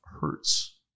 hurts